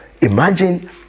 imagine